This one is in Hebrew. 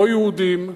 לא יהודים,